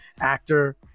actor